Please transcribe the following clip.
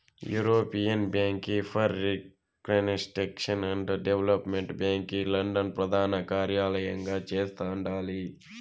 European bank for reconstruction and development bank London ప్రదానకార్యలయంగా చేస్తండాలి